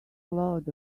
load